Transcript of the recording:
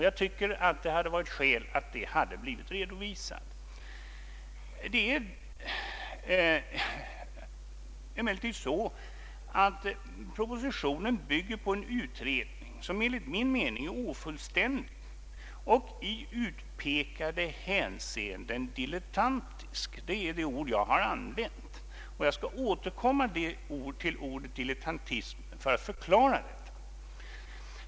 Jag tycker att de bort redovisas. Propositionen bygger på en utredning som enligt min mening är ofullständig och i utpekade hänseenden dilettantisk. Det är det ord jag har använt, och jag skall återkomma till ordet dilettantism för att förklara det.